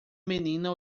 menina